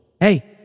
Hey